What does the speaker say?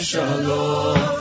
Shalom